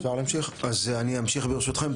אז אני אמשיך ברשותכם,